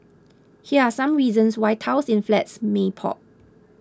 here are some reasons why tiles in flats may pop